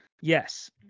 yes